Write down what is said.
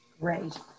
Great